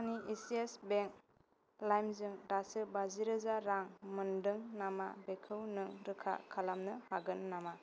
आंनि Yes bank लाइमजों दासो बाजिरोजा रां मोनदों नामा बेखौ नों रोखा खालामनो हागोन नामा